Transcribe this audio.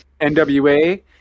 NWA